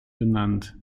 benannt